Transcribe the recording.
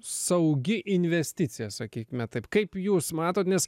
saugi investicija sakykime taip kaip jūs matot nes